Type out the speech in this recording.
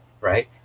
right